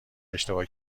اشتباه